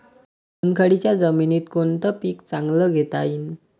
चुनखडीच्या जमीनीत कोनतं पीक चांगलं घेता येईन?